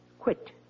Quit